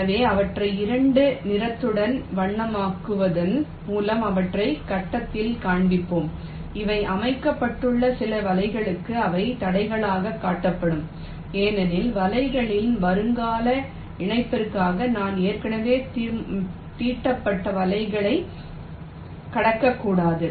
எனவே அவற்றை இருண்ட நிறத்துடன் வண்ணமயமாக்குவதன் மூலம் அவற்றை கட்டத்தில் காண்பிப்போம் ஏற்கனவே அமைக்கப்பட்டுள்ள சில வலைகளும் அவை தடைகளாகக் காட்டப்படும் ஏனெனில் வலைகளின் வருங்கால இணைப்பிற்காக நாம் ஏற்கனவே தீட்டப்பட்ட வலைகளை கடக்கக்கூடாது